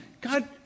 God